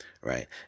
Right